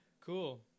Cool